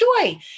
joy